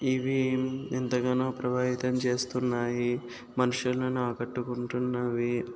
ఇవి ఎంతగానో ప్రభావితం చేస్తున్నాయి మనుషులను ఆకట్టుకుంటున్నవి